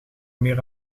meer